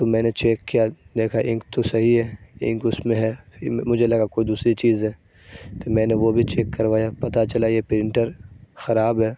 تو میں نے چیک کیا دیکھا انک تو صحیح ہے انک اس میں ہے پھر مجھے لگا کوئی دوسری چیز ہے پھر میں نے وہ بھی چیک کروایا پتا چلا یہ پرنٹر خراب ہے